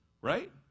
Right